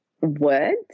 words